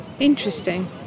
interesting